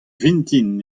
vintin